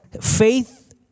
Faith